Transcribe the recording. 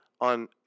on